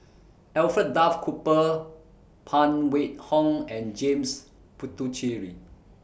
Alfred Duff Cooper Phan Wait Hong and James Puthucheary